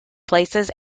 places